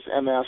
MS